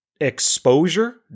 exposure